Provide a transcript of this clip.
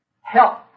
help